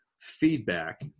feedback